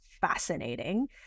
fascinating